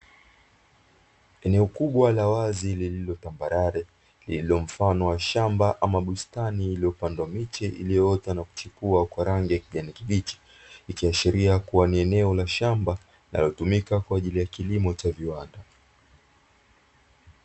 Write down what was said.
Eneo kubwa la wazi lililo tambarare lililo mfano wa shamba ama bustani, iliyopandwa miche iliyoota na kuchipua kwa rangi ya kijani kibichi, ikiashiria kuwa ni eneo la shamba linalotumika kwa ajili ya kilimo cha viwanda.